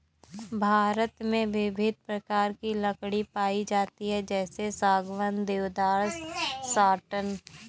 भारत में विभिन्न प्रकार की लकड़ी पाई जाती है जैसे सागौन, देवदार, साटन